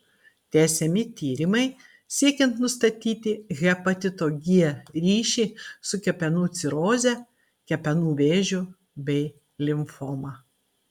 tęsiami tyrimai siekiant nustatyti hepatito g ryšį su kepenų ciroze kepenų vėžiu bei limfoma